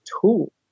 tool